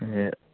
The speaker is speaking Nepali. ए